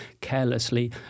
carelessly